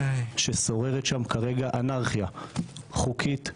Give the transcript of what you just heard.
ששוררת שם כרגע אנרכיה חוקית.